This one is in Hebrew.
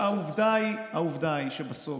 העובדה היא שבסוף,